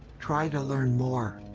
try to learn more.